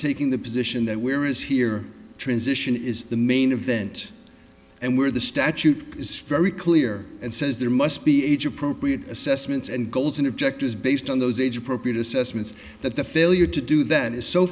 taking the position that we're is here transition is the main event and where the statute is very clear and says there must be age appropriate assessments and goals and objectives based on those age appropriate assessments that the failure to do that is so